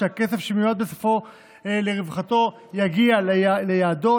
שהכסף שמיועד בסופו של דבר לרווחתו יגיע ליעדו.